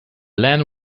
land